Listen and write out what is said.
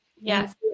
Yes